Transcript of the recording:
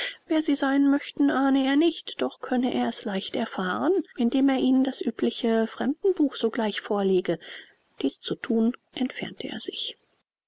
wer sie sein möchten ahne er nicht doch könn er es leicht erfahren indem er ihnen das übliche fremdenbuch sogleich vorlege dieß zu thun entfernte er sich